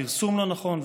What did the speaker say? הפרסום לא נכון,